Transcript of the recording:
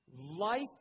Life